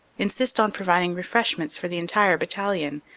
insist on providing refreshments for the entire battalion,